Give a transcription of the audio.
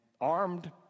armed